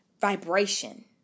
vibration